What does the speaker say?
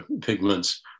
pigments